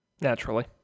Naturally